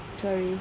sorry